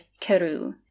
keru